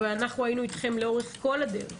ואנחנו היינו אתכם לאורך כל הדרך,